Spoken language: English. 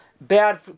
bad